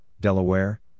Delaware